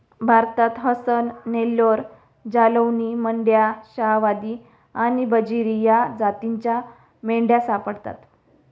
भारतात हसन, नेल्लोर, जालौनी, मंड्या, शाहवादी आणि बजीरी या जातींच्या मेंढ्या सापडतात